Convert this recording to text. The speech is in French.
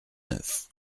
neuf